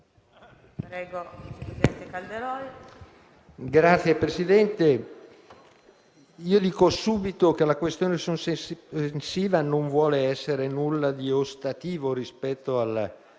Signor Presidente, dico subito che la questione sospensiva non vuol essere nulla di ostativo rispetto al